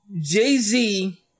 Jay-Z